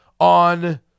on